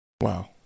Wow